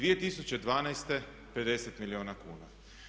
2012. 50 milijuna kuna.